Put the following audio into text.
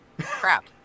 Crap